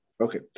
Okay